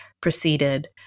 proceeded